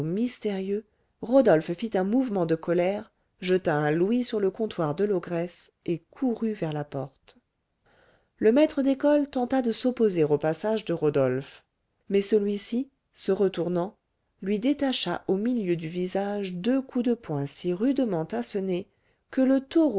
mystérieux rodolphe fit un mouvement de colère jeta un louis sur le comptoir de l'ogresse et courut vers la porte le maître d'école tenta de s'opposer au passage de rodolphe mais celui-ci se retournant lui détacha au milieu du visage deux coups de poing si rudement assenés que le